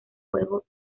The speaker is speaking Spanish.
juego